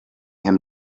him